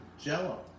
Jello